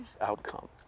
outcome